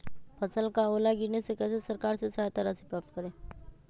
फसल का ओला गिरने से कैसे सरकार से सहायता राशि प्राप्त करें?